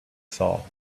saw